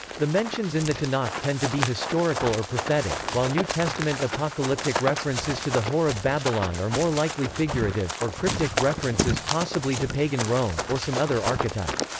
the mentions in the tanakh tend to be historical or prophetic, while new testament apocalyptic references to the whore of babylon are more likely figurative, or cryptic references possibly to pagan rome, or some other archetype.